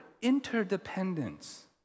interdependence